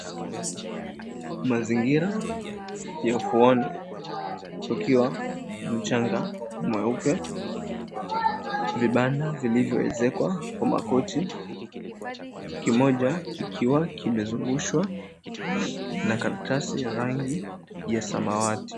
Mazingira ni ufuoni ukiwa mchanga mweupe. Vibanda vilivyoezekwa kwa makuti. Kimoja kikiwa kimezungushwa na karatasi ya rangi ya samawati.